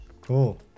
cool